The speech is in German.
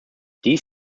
dies